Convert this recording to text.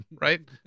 right